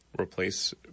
replace